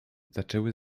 zaczęły